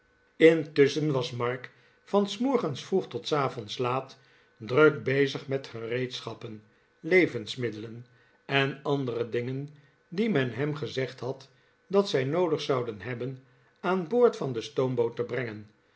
intusschen was mark van s morgens vroeg tot r s avonds laat druk bezig met gereedschappen levensmiddelen en andere dingen die men hem gezegd had dat zij noodig zouden hebben aan boord van de stoomboot te brengen